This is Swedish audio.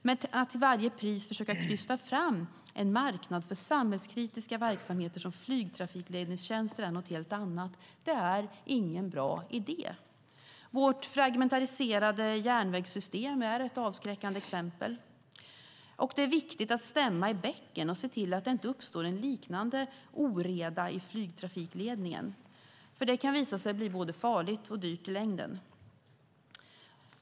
Men att till varje pris försöka krysta fram en marknad för samhällskritiska verksamheter som flygtrafikledningstjänster är något helt annat. Det är ingen bra idé. Vårt fragmentiserade järnvägssystem är ett avskräckande exempel. Det är viktigt att stämma i bäcken och se till att det inte uppstår en liknande oreda i flygtrafikledningen. Det kan visa sig bli både farligt och dyrt i längden.